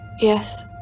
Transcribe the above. Yes